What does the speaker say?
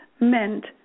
meant